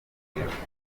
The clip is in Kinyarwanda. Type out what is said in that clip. igikundiro